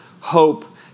hope